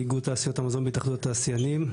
איגוד תעשיות המזון בהתאחדות התעשיינים.